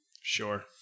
Sure